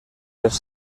les